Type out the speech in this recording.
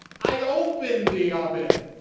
i opened the oven.